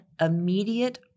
immediate